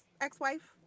ex-wife